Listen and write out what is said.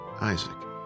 Isaac